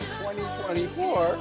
2024